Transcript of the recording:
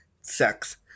sex